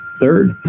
Third